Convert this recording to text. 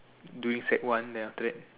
during sec one then after that